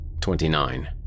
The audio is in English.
Twenty-nine